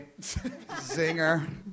zinger